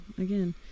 again